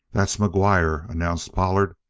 that's mcguire, announced pollard.